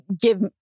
give